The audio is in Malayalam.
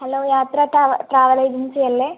ഹലോ യാത്ര ട്രാവൽ ഏജൻസി അല്ലേ